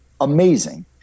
Amazing